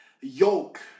Yoke